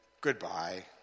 Goodbye